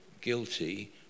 guilty